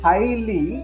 Highly